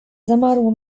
zamarło